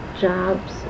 jobs